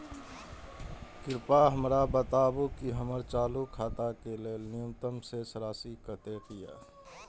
कृपया हमरा बताबू कि हमर चालू खाता के लेल न्यूनतम शेष राशि कतेक या